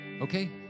Okay